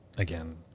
Again